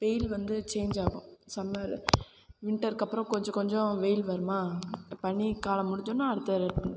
வெயில் வந்து சேஞ்ச் ஆகும் சம்மர் வின்டருக்கப்புறம் கொஞ்சம் கொஞ்சம் வெயில் வருமா பனிக்காலம் முடிஞ்சோடன அடுத்த